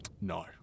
No